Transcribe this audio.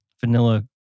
Vanilla